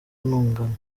ntungamo